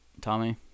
Tommy